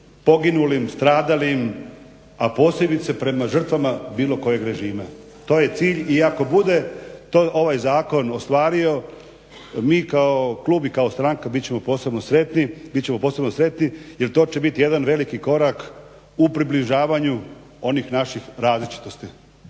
poginulim, stradalim, a posebice prema žrtvama bilo kojeg režima. To je cilj i ako bude ovaj zakon to ostvario mi kao klub i kao stranka bit ćemo posebno sretni jer to će biti jedan veliki korak u približavanju onih naših različitosti.